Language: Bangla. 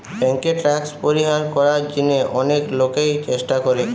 বেঙ্কে ট্যাক্স পরিহার করার জিনে অনেক লোকই চেষ্টা করে